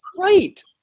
great